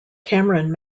cameron